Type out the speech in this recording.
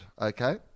Okay